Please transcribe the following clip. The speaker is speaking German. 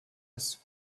ist